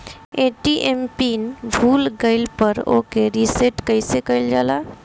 ATM PIN भूल गईल पर ओके रीसेट कइसे कइल जाला?